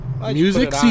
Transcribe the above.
music